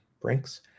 Brinks